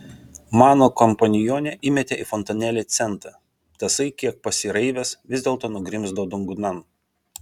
mano kompanionė įmetė į fontanėlį centą tasai kiek pasiraivęs vis dėlto nugrimzdo dugnan